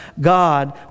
God